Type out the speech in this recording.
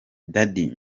daddy